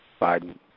Biden